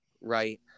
right